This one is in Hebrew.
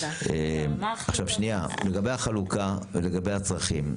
עכשיו שנייה, לגבי החלוקה ולגבי הצרכים.